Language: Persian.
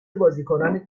بازیکنان